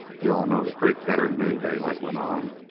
you-all know the creek better'n me, daylight went on.